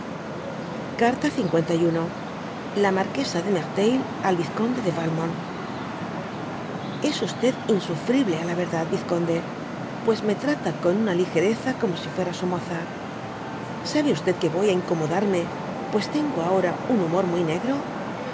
carta li la marquesa de merteuü al fízconde de valmontr ljs insufrible á la verdad vizconde pues me trata eon una ligereza como si fuera su moza sabe que voy á incomodarme pues tengo ahora un humor muy negro